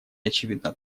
очевидно